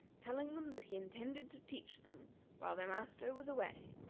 telling them that he intended to teach them while their master was away.